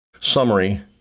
Summary